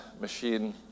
machine